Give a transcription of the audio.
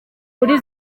kuri